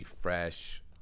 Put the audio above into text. Fresh